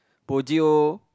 bojio